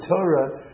Torah